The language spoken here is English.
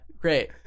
great